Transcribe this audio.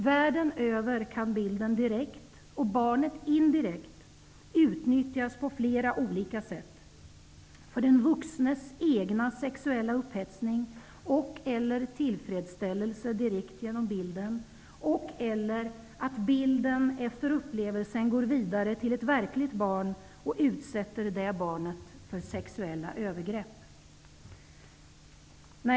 Världen över kan bilden direkt, och barnet indirekt, utnyttjas på flera olika sätt: för den vuxnes egna sexuella upphetsning och eller att bilden efter upplevelsen går vidare till ett verkligt barn och utsätter det barnet för sexuella övergrepp.''